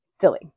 silly